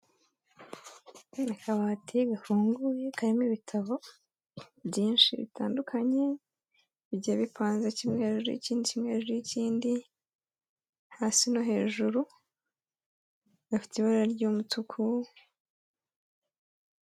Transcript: Akabati gafunguye karimo ibitabo byinshi bitandukanye bigiye bipanze kimwe hejuru y'ikindi kimwe hejuru y'ikindi. Hasi no hejuru gafite ibara ry'umutuku.